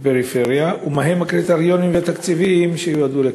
בפריפריה ומה הם הקריטריונים והתקציבים שיועדו לכך.